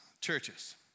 churches